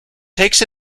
takes